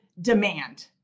demand